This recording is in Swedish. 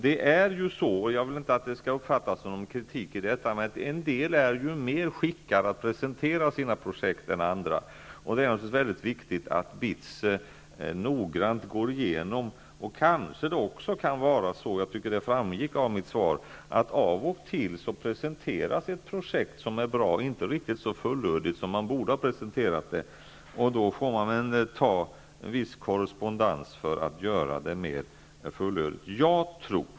Detta är inte avsett som någon kritik, men en del är mera skickade att presentera sina projekt än andra. Det är naturligtvis mycket viktigt att BITS noggrant går igenom projekten. Det kan hända -- vilket jag tycker framgick av mitt svar -- att av och till presenteras ett projekt som är bra inte riktigt så fullödigt som man borde ha presentarat det. Då får man ta viss korrespondens för att göra det mera fullödigt.